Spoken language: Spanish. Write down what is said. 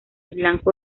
blanco